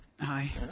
Hi